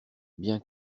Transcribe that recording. bien